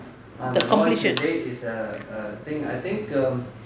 the completion